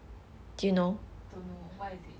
don't know what is it